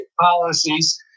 policies